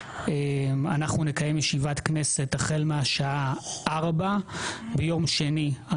אנחנו נקיים ישיבת כנסת החל מהשעה 16:00. ביום שני,